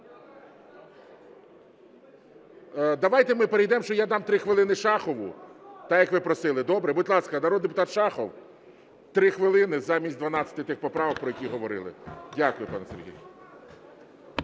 Давайте ми перейдемо, ще я дам 3 хвилини Шахову, так як ви просили. Добре? Будь ласка, народний депутат Шахов 3 хвилини замість 12 поправок, про які говорили. Дякую, пане Сергій.